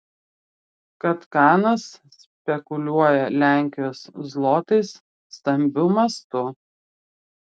kad kanas spekuliuoja lenkijos zlotais stambiu mastu